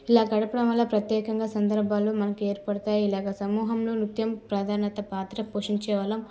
ఇలా గడపడం వల్ల ప్రత్యేకంగా సందర్భాల్లో మనకి ఏర్పడతాయి ఇలా సమ్మోహంలో నృత్యం ప్రధానత పాత్ర పోషించేవాళ్లం